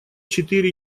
четыре